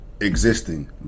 existing